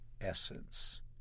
essence